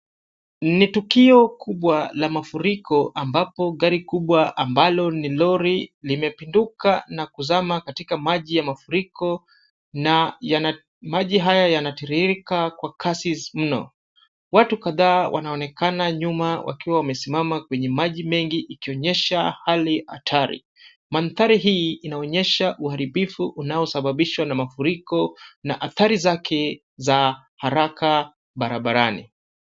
Ni tukio kubwa la mafuriko ambapo gari kubwa ambalo ni lori limepinduka na kuzama katika maji ya mafuriko na maji haya yanatiririrka kwa kasi mno. Watu kadhaa wanaonekana nyuma wakiwa wamesimama kwenye maji mengi ikionyesha hali hatari. Mandhari hii inaonyesha uharibifu unaosababishwa na mafuriko, na athari zake za haraka barabarani.